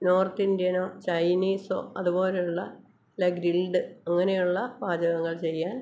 north ഇന്ത്യനോ ചൈനീസോ അതുപോലുള്ള അല്ലെൽ ഗ്രിൽഡ് അങ്ങനെയുള്ള പാചകങ്ങൾ ചെയ്യാൻ